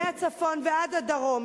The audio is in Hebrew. מהצפון ועד הדרום,